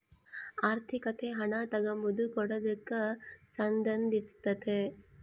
ಆರ್ಥಿಕತೆ ಹಣ ತಗಂಬದು ಕೊಡದಕ್ಕ ಸಂದಂಧಿಸಿರ್ತಾತೆ